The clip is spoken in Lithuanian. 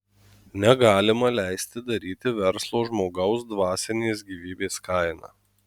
negalima leisti daryti verslo žmogaus dvasinės gyvybės kaina